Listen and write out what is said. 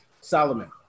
Solomon